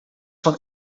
van